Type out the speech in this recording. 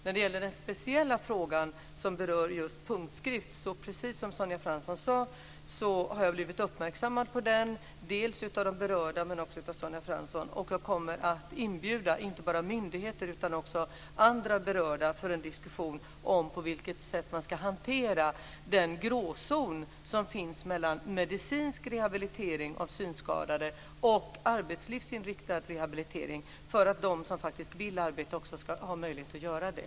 När det gäller just punktskrift har jag, precis som Sonja Fransson sade, blivit uppmärksammad på frågan av dels de berörda, dels Sonja Fransson. Jag kommer att inbjuda inte bara myndigheter utan också andra berörda för en diskussion om på vilket sätt man ska hantera den gråzon som finns mellan medicinsk rehabilitering av synskadade och arbetslivsinriktad rehabilitering så att de som faktiskt vill arbeta också ska ha möjlighet att göra det.